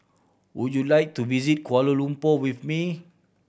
would you like to visit Kuala Lumpur with me